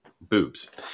Boobs